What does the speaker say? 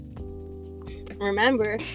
remember